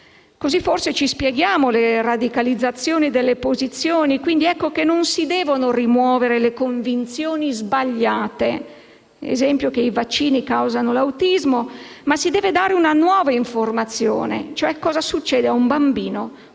Così forse ci spieghiamo le radicalizzazioni delle posizioni. Ecco, quindi, che non si devono rimuovere le convinzioni sbagliate, ad esempio che i vaccini causano l'autismo, ma si deve dare una nuova informazione e dire, cioè, cosa succede a un bambino colpito